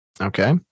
Okay